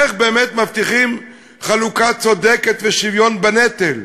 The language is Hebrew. איך באמת מבטיחים חלוקה צודקת בשוויון בנטל.